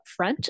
upfront